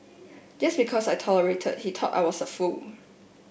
just because I tolerated he thought I was a fool